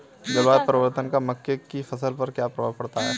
जलवायु परिवर्तन का मक्के की फसल पर क्या प्रभाव होगा?